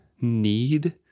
need